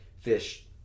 fish